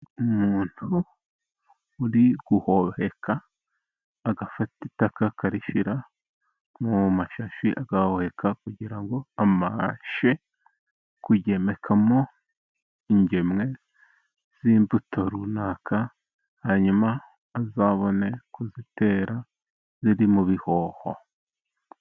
Umuntu uri guhoheka, agafata itaka akarishyira mu mashashi agahoheka, kugira ngo abashe kugemekamo ingemwe z'imbuto runaka, hanyuma azabone kuzitera ziri mu bihoho.